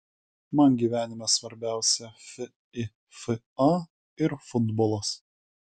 man gyvenime svarbiausia fifa ir futbolas